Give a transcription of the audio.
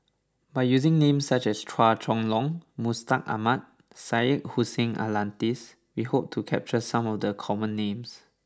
by using names such as Chua Chong Long Mustaq Ahmad Syed Hussein Alatas we hope to capture some of the common names